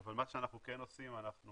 אבל מה שאנחנו כן עושים, אנחנו